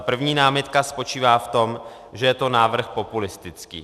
První námitka spočívá v tom, že je to návrh populistický.